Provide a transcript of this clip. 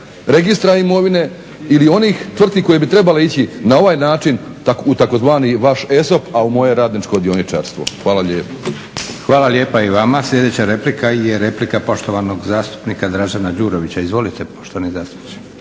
registra imovine ili onih tvrtki koje bi trebale ići na ovaj način u tzv. vaš ESOP, a u moje radničko dioničarstvo. Hvala lijepo. **Leko, Josip (SDP)** Hvala lijepa i vama. Sljedeća replika je replika poštovanog zastupnika Dražena Đurovića. Izvolite poštovani zastupniče.